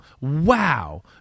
wow